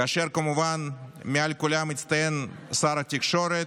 כאשר כמובן מעל כולם מצטיין שר התקשורת,